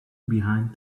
behind